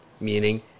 Meaning